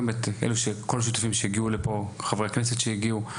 כל השותפים שהגיעו לפה, חברי הכנסת שהגיעו.